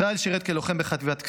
ישראל שירת כלוחם בחטיבת כפיר,